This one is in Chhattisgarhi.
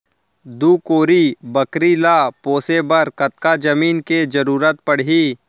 दू कोरी बकरी ला पोसे बर कतका जमीन के जरूरत पढही?